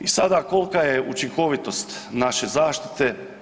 I sad, kolika je učinkovitost naše zaštite?